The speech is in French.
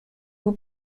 vous